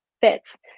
fits